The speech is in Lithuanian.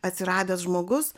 atsiradęs žmogus